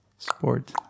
Sport